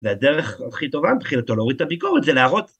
והדרך הכי טובה בתחילתו להוריד את הביקורת זה להראות...